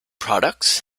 products